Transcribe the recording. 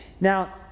Now